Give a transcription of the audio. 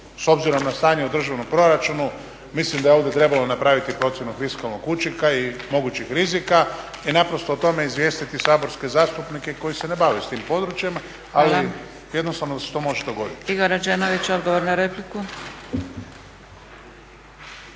s obzirom na stanje u državnom proračunu mislim da je ovdje trebalo napraviti procjenu fiskalnog učinka i mogućih rizika i naprosto o tome izvijestiti saborske zastupnike koji se ne bave s tim područjem, ali jednostavno nam se to može dogoditi.